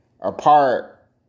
apart